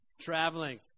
traveling